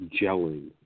gelling